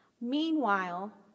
Meanwhile